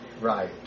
right